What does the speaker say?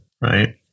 right